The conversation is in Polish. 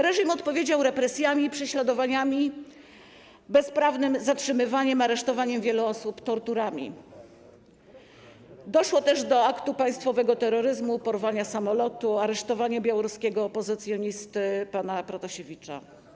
Reżim odpowiedział represjami i prześladowaniami, bezprawnym zatrzymywaniem, aresztowaniem wielu osób, torturami, doszło też do aktu państwowego terroryzmu, porwania samolotu, aresztowania białoruskiego opozycjonisty pana Protasiewicza.